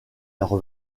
leurs